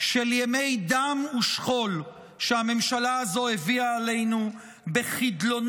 של ימי דם ושכול שהממשלה הזו הביאה עלינו בחדלונה,